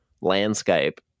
landscape